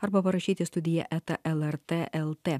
arba parašyti į studiją eta lrt lt